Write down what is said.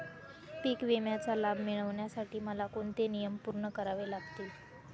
पीक विम्याचा लाभ मिळण्यासाठी मला कोणते नियम पूर्ण करावे लागतील?